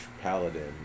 paladin